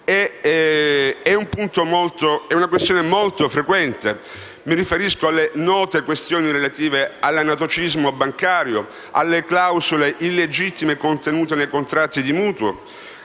banche è molto frequente. Mi riferisco alle note questioni relative all'anatocismo bancario, alle clausole illegittime contenute nei contratti di mutuo,